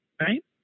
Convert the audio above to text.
Right